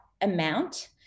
amount